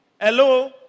Hello